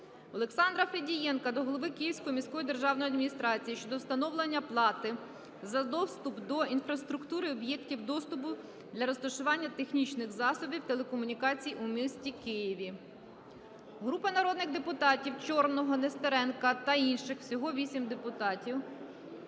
Олександра Федієнка до голови Київської міської державної адміністрації щодо встановлення плати за доступ до інфраструктури об'єктів доступу для розташування технічних засобів телекомунікацій у місті Києві. Групи народних депутатів (Чорного, Нестеренка та інших. Всього 8 депутатів)